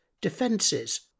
defences